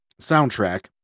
soundtrack